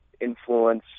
influence